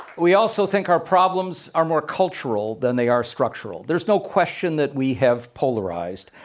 we also think our problems are more cultural than they are structural. there's no question that we have polarized.